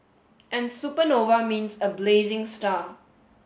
and supernova means a blazing star